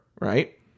right